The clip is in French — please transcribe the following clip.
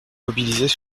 mobilisés